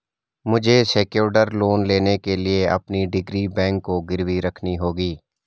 मुझे secured loan लेने के लिए अपनी डिग्री बैंक को गिरवी रखनी होगी